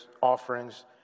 offerings